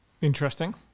Interesting